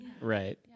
right